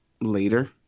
later